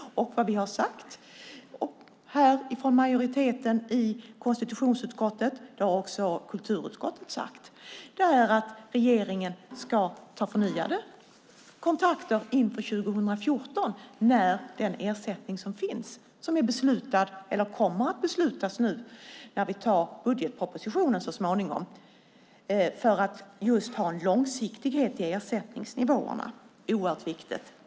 Det vi har sagt från majoritetens sida i konstitutionsutskottet - det har också kulturutskottet sagt - är att regeringen ska ta förnyade kontakter inför 2014, när den ersättning som kommer att beslutas när vi så småningom antar budgetpropositionen upphör, för att just ha en långsiktighet i ersättningsnivåerna. Det är oerhört viktigt.